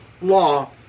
law